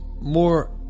more